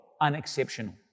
unexceptional